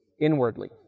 inwardly